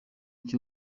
cyo